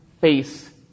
face